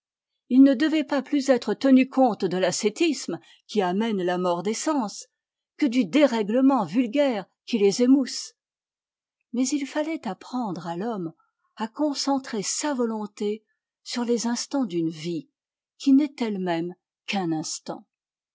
il ne devait pas plus être tenu compte de l'ascétisme qui amène la mort des sens que du dérèglement vulgaire qui les émousse mais il fallait apprendre à l'homme à concentrer sa volonté sur les instants d'une vie qui n'est elle-même qu'un instant